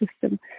system